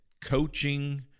coaching